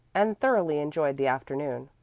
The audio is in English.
and thoroughly enjoyed the afternoon.